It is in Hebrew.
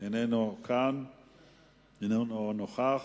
איננו נוכח.